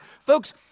Folks